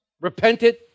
Repented